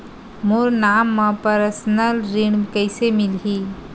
मोर नाम म परसनल ऋण कइसे मिलही?